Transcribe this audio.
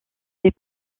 des